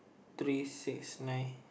three six nine